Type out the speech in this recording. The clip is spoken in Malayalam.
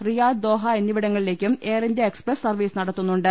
റിയാദ് ദോഹ എന്നിവിടങ്ങളിലേക്കും എയർ ഇന്ത്യാ എക്സ്പ്രസ് സർവീസ് നടത്തുന്നുണ്ട്